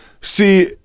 see